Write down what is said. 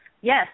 Yes